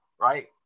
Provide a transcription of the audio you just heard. right